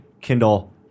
Kindle